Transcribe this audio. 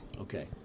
Okay